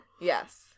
yes